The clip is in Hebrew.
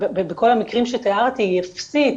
בכל המקרים שתיארתי אפסית.